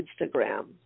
Instagram